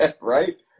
Right